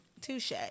Touche